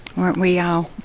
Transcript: weren't we all?